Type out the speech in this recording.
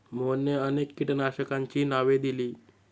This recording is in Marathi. मोहनने अनेक कीटकनाशकांची नावे दिली